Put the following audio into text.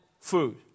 food